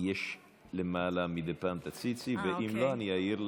יש למעלה, מדי פעם תציצי, ואם לא, אני אעיר לך.